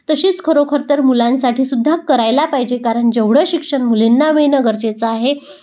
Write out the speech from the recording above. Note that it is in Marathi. तशीच खरोखर तर मुलांसाठीसुद्धा करायला पाहिजे कारण जेवढं शिक्षण मुलींना मिळणं गरजेचं आहे